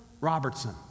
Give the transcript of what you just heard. Robertson